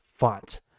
font